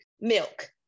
milk